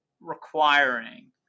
requiring